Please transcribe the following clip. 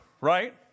right